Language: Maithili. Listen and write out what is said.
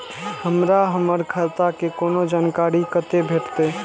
हमरा हमर खाता के कोनो जानकारी कतै भेटतै?